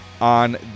On